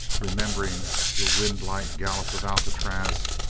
remembering the windlike gallop of alcatraz,